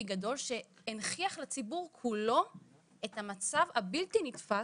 גדול שהנכיח לציבור כולו את המצב הבלתי נתפס